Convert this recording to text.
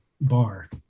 bar